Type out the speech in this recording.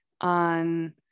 on